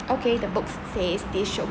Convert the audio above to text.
okay the books says this should